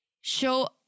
show